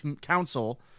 Council